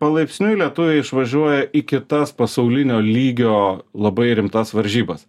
palaipsniui lietuviai išvažiuoja į kitas pasaulinio lygio labai rimtas varžybas